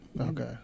Okay